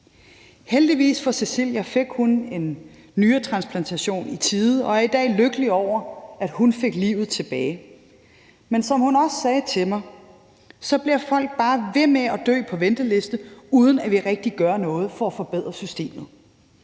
Heldigvis for Cecilia fik hun en nyretransplantation i tide, og hun er i dag lykkelig over, at hun fik livet tilbage. Men som hun også sagde til mig, bliver folk bare ved med at dø på venteliste, uden at vi rigtig gør noget for at forbedre systemet.